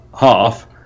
half